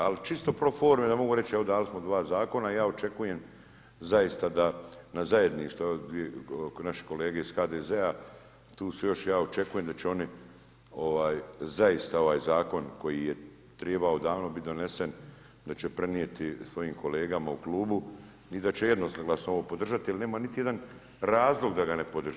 Ali čisto pro forme mogu reći evo, dali smo 2 zakona i ja očekujem zaista da na zajedništvo, naši kolege iz HDZ-a, tu su još, ja očekujem da će oni zaista ovaj zakon koji je trebao davno biti donesen, da će prenijeti svojim kolegama u Klubu i da će jednoglasno ovo podržati, jer nema niti jedan razlog da ga ne podrži.